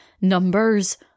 numbers